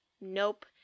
Nope